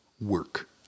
work